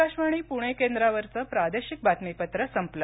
आकाशवाणी पूणे केंद्रावरचं प्रादेशिक बातमीपत्र संपलं